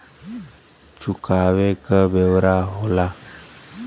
चुकावे क ब्योरा होला